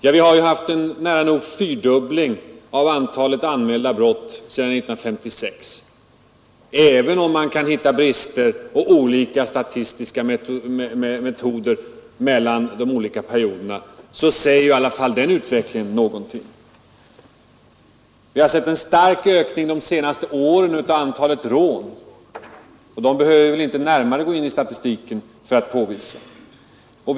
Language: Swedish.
Antalet anmälda brott har nära nog fyrdubblats sedan 1956, och även om det förekommer olikheter i de statistiska metoderna under olika perioder, säger i alla fall den uppgiften någonting om utvecklingen. Vi har sett en stark ökning under de senaste åren av antalet rån. Man behöver väl inte gå närmare in i statistiken för att påvisa detta.